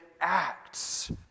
acts